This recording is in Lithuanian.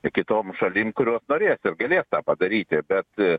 kitom šalim kurios norės ir galės tą padaryti bet